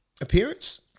appearance